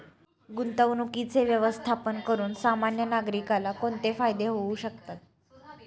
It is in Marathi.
गुंतवणुकीचे व्यवस्थापन करून सामान्य नागरिकाला कोणते फायदे होऊ शकतात?